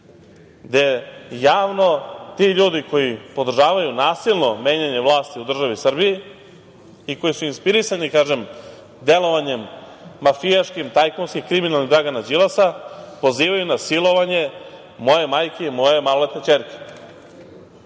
gde javno ti ljudi koji podržavaju nasilno menjanje vlasti u državi Srbiji i koji su inspirisani, da kažem, delovanjem mafijaškim, tajkunskim, kriminalnim Dragana Đilasa, pozivaju na silovanje moje majke i moje maloletne ćerke